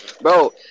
bro